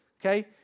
okay